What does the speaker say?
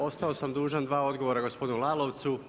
Ostao sam dužan dva odgovora gospodinu Lalovcu.